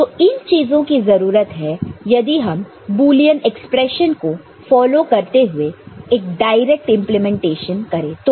तो इन चीजों की जरूरत है यदि हम बुलियन एक्सप्रेशन को फॉलो करते हुए एक डायरेक्ट इंप्लीमेंटेशन करे तो